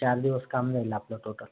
चार दिवस काम जाईल आपलं टोटल